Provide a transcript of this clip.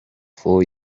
for